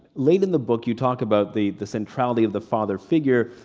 late in the book you talk about the the centrality of the father figure,